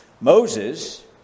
Moses